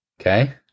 Okay